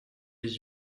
les